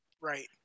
Right